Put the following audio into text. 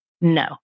no